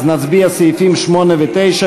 אז נצביע על סעיפים 8 ו-9,